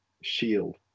shield